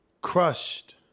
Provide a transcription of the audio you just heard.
crushed